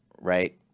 right